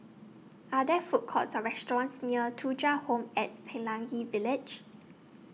Are There Food Courts Or restaurants near Thuja Home At Pelangi Village